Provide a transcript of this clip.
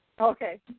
Okay